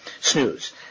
snooze